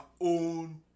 own